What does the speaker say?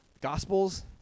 Gospels